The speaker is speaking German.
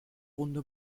runde